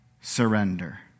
surrender